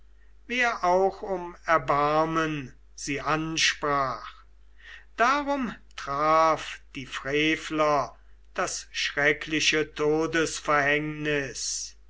wer auch um erbarmen sie ansprach darum traf die frevler das schreckliche